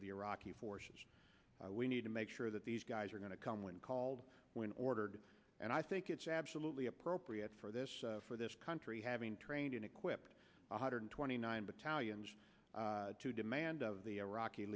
of the iraqi forces we need to make sure that these guys are going to come when called when ordered and i think it's absolutely appropriate for this for this country having trained and equipped one hundred twenty nine battalions to demand of the iraqi